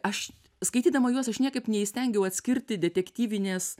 aš skaitydama juos aš niekaip neįstengiau atskirti detektyvinės